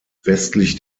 westlich